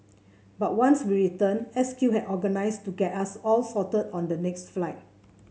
but once we returned S Q had organised to get us all sorted on the next flight